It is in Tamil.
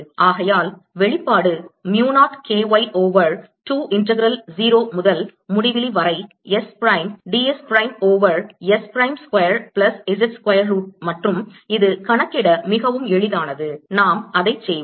ஆகையால் வெளிப்பாடு mu 0 K y over 2 integral 0 முதல் முடிவிலி வரை s prime d s prime over s prime square plus z square root மற்றும் இது கணக்கிட மிகவும் எளிதானது நாம் அதைச் செய்வோம்